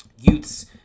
youths